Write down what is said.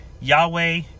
Yahweh